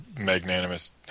magnanimous